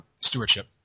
stewardship